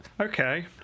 Okay